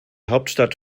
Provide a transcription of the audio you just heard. hauptstadt